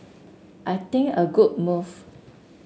I think a good move